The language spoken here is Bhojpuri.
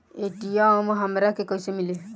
ए.टी.एम हमरा के कइसे मिली?